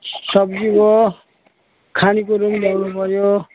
सब्जी हो खानेकुरो पनि ल्याउनु पऱ्यो